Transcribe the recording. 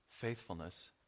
faithfulness